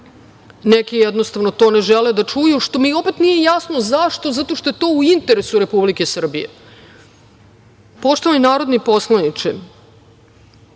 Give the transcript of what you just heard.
neki jednostavno to ne žele da čuju, što mi opet nije jasno zašto, zato što je to u interesu Republike Srbije. Poštovani narodni poslaniče,